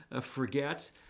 forget